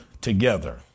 together